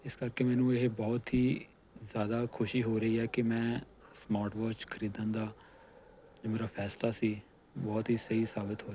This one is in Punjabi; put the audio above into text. ਇਸ ਕਰਕੇ ਮੈਨੂੰ ਇਹ ਬਹੁਤ ਹੀ ਜ਼ਿਆਦਾ ਖੁਸ਼ੀ ਹੋ ਰਹੀ ਹੈ ਕਿ ਮੈਂ ਸਮਾਰਟ ਵਾਚ ਖਰੀਦਣ ਦਾ ਜੋ ਮੇਰਾ ਫ਼ੈਸਲਾ ਸੀ ਬਹੁਤ ਹੀ ਸਹੀ ਸਾਬਿਤ ਹੋ ਰਿਹਾ ਹੈ